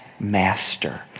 master